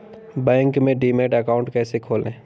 Bank में demat account कैसे खोलें?